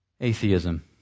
Atheism